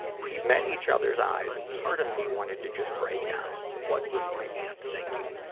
we met each other's eyes and part of me wanted to just break down. what was my aunt thinking?